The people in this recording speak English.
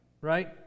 right